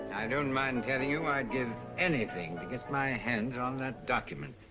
i don't mind telling you i'd give anything to get my hands on that document.